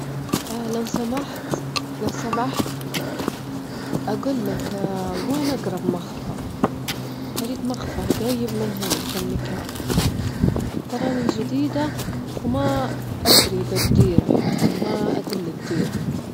أدخل المنظمة بطريقة غير مباشرة، وأجوم أراجب تحركاتهم، وأجمع أكبر قدر من المعلومات بدون ما يكشفونني، واستخدم الذكاء والتخطيط هو المفتاح عشان أتسلل وأخد منهم المعلومات المهمة.